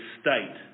state